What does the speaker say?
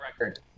record